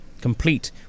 complete